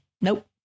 nope